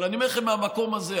אבל אני אומר לכם מהמקום הזה,